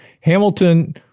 Hamilton